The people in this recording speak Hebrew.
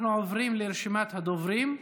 אנחנו עוברים לרשימת הדוברים.